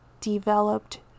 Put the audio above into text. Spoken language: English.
developed